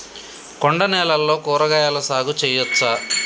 కొండ నేలల్లో కూరగాయల సాగు చేయచ్చా?